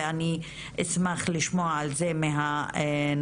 ואני אשמח לשמוע על זה מהנציב,